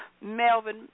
Melvin